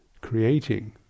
creating